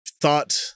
thought